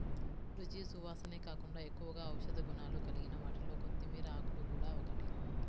రుచి, సువాసనే కాకుండా ఎక్కువగా ఔషధ గుణాలు కలిగిన వాటిలో కొత్తిమీర ఆకులు గూడా ఒకటి